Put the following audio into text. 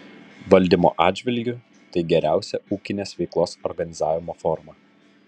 valdymo atžvilgiu tai geriausia ūkinės veiklos organizavimo forma